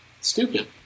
Stupid